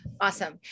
Awesome